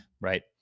right